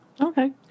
Okay